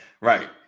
Right